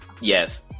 yes